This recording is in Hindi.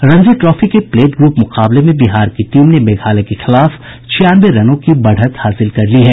रणजी ट्रॉफी के प्लेट ग्रुप मुकाबले में बिहार की टीम ने मेघालय के खिलाफ छियानवे रनों की बढ़त हासिल कर ली है